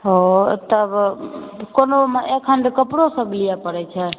हँ एकटा कोनो अखन तऽ कपड़ोसभ लिअ परै छै